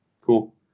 Cool